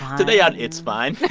today on it's fine.